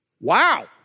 Wow